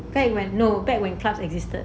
back when no back when clubs existed